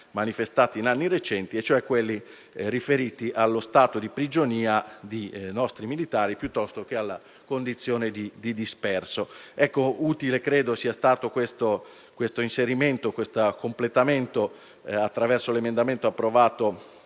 manifestati in anni recenti: si tratta dei casi riferiti allo stato di prigionia di nostri militari piuttosto che alla condizione di disperso. Ritengo sia stato utile questo inserimento e questo completamento attraverso l'emendamento approvato